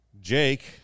Jake